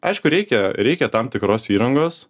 aišku reikia reikia tam tikros įrangos